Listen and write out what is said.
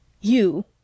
You